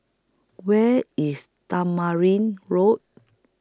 Where IS Tamarind Road